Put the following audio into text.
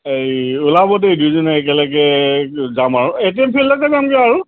এই ওলাব দেই দুইজনে একেলগে যাম আৰু এ টি এম ফিল্ডলৈকে যামগৈ আৰু